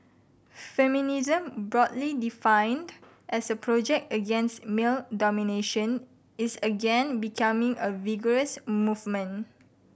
feminism broadly defined as a project against male domination is again becoming a vigorous movement